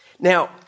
Now